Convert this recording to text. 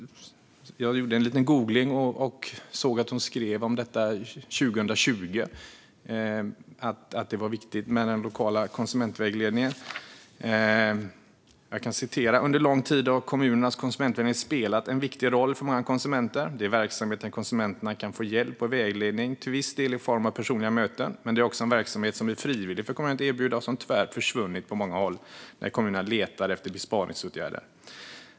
Jag gjorde en liten googling och såg att hon 2020 skrev att det var viktigt med den lokala konsumentvägledningen. Jag citerar: "Under lång tid har kommunernas konsumentvägledning spelat en viktig roll för många konsumenter. Det är verksamheter där konsumenter kan få hjälp och vägledning, till viss del i form av personliga möten. Men det är också en verksamhet som är frivillig för kommunerna att erbjuda, och som tyvärr försvunnit på många håll när kommuner letar efter besparingsåtgärder.